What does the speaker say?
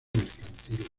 mercantil